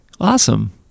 Awesome